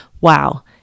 wow